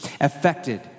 affected